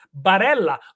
Barella